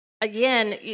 Again